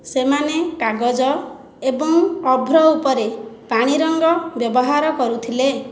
ସେମାନେ କାଗଜ ଏବଂ ଅଭ୍ର ଉପରେ ପାଣିରଙ୍ଗ ବ୍ୟବହାର କରୁଥିଲେ